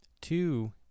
two